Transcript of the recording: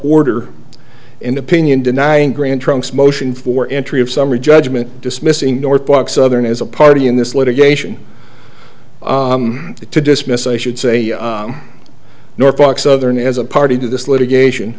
order in opinion denying grand trunks motion for entry of summary judgment dismissing northpark southern as a party in this litigation to dismiss i should say norfolk southern as a party to this litigation